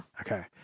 Okay